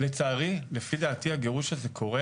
לצערי, הגירוש הזה קורה